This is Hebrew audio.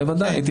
בוודאי.